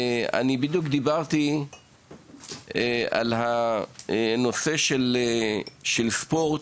אני בדיוק דיברתי על הנושא של ספורט,